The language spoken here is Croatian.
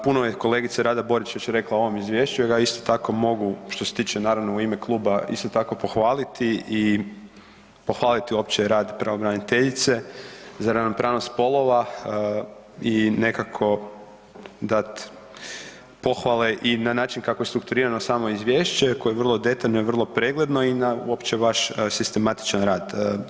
Puno je kolegica Rada Borić već rekla o ovom izvješću, ja ga isto tako mogu što se tiče naravno u ime kluba isto tako pohvaliti i pohvaliti uopće rad pravobraniteljice za ravnopravnost spolova i nekako dat pohvale i na način kako je strukturirano samo izvješće koje je vrlo detaljno i vrlo pregledno i na uopće vaš sistematičan rad.